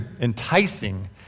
enticing